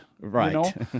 Right